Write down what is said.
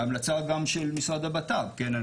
בהמלצה גם של משרד הבט"פ, כן?